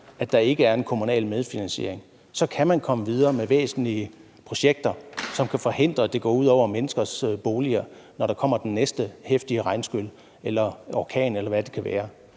bare afventer en kommunal medfinansiering. Så kan man komme videre med væsentlige projekter, som kan forhindre, at det går ud over menneskers boliger, når der kommer det næste heftige regnskyl eller en orkan, eller hvad det kan være.